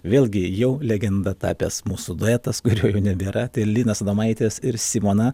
vėlgi jau legenda tapęs mūsų duetas kurio jau nebėra tai linas adomaitis ir simona